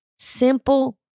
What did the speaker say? Simple